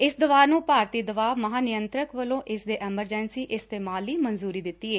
ਇਸ ਦਵਾ ਨੰ ਭਾਰਤੀ ਦਵਾ ਮਹਾਂਨਿਯੰਤਰਕ ਵੱਲੋਂ ਇਸ ਦੇ ਐਮਰਜੈਂਸੀ ਇਸਤੇਮਾਲ ਲਈ ਮਨਜੂਰੀ ਦਿੱਤੀ ਏ